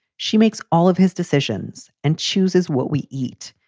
she makes all of his decisions and chooses what we eat.